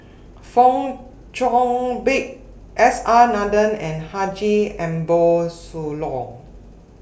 Fong Chong Pik S R Nathan and Haji Ambo Sooloh